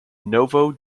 novo